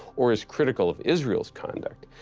or is critical of israelis conduct,